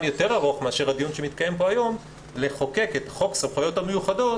יותר ארוך מאשר הדיון שמתקיים פה היום לחוקק את חוק הסמכויות המיוחדות,